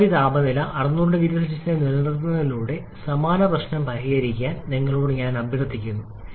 പരമാവധി താപനില 600OC ആയി നിലനിർത്തുന്നതിലൂടെ സമാന പ്രശ്നം പരിഹരിക്കാൻ നിങ്ങളോട് അഭ്യർത്ഥിക്കുന്നു